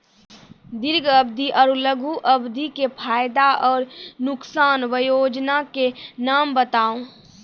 दीर्घ अवधि आर लघु अवधि के फायदा आर नुकसान? वयोजना के नाम बताऊ?